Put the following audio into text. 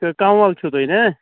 تہٕ کنول چھُو تُہۍ ہٕنٛہ